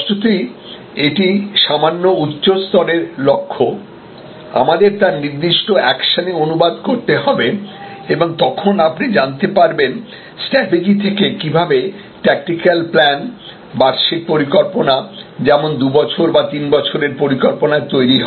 স্পষ্টতই এটি সামান্য উচ্চ স্তরের লক্ষ্য আমাদের তা নির্দিষ্ট একশনে অনুবাদ করতে হবে এবং তখন আপনি জানতে পারবেন স্ট্র্যাটেজি থেকে কিভাবে ট্যাকটিক্যাল প্ল্যান বার্ষিক পরিকল্পনা যেমন দুবছর বা তিন বছরের পরিকল্পনা তৈরি হয়